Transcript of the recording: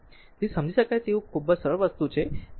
તેથી સમજી શકાય તે ખૂબ જ સરળ વસ્તુ છે આ છે